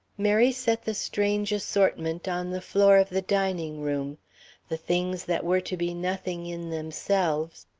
mary set the strange assortment on the floor of the dining room the things that were to be nothing in themselves,